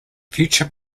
future